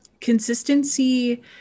consistency